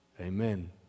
Amen